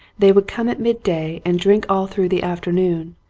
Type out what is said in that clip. they would come at midday and drink all through the afternoon,